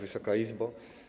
Wysoka Izbo!